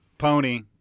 Pony